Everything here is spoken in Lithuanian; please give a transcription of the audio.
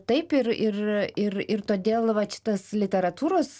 taip ir ir ir ir todėl vat šitas literatūros